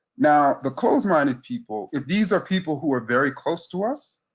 now, the closed-minded people, if these are people who are very close to us,